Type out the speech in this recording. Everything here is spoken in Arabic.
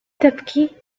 تبكي